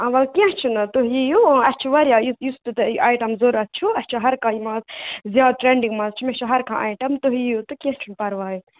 اَوا کیٚنہہ چھُنہٕ تُہۍ یِیُو اَسہِ چھِ واریاہ یُس تہِ توہہِ آیٹَم ضوٚرَتھ چھُ اَسہِ چھُ ہر کانٛہہ زیادٕ ٹرٛینٛڈِنٛگ منٛز چھِ مےٚ چھُ ہر کانٛہہ آیٹَم تُہ تُہۍ یِیُو تہٕ کیٚنہہ چھُنہٕ پَرواے